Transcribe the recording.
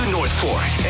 Northport